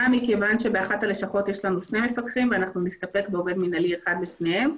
כי באחת הלשכות יש לנו שני מפקחים ונסתפק בעובד מינהלי אחד לשניהם.